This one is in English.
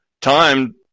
time